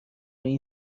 این